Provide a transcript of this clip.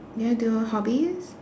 you want do hobbies